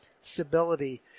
stability